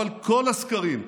אבל כל הסקרים,